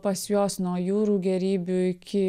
pas juos nuo jūrų gėrybių iki